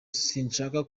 sinshaka